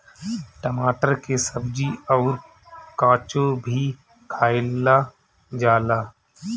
टमाटर के सब्जी अउर काचो भी खाएला जाला